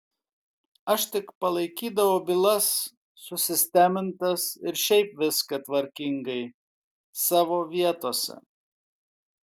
aš tik palaikydavau bylas susistemintas ir šiaip viską tvarkingai savo vietose